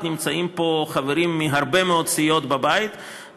נמצאים פה חברים מהרבה מאוד סיעות בבית,